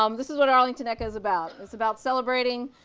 um this is what arlington echo's about, it's about celebrating,